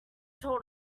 told